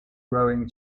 growing